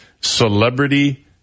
Celebrity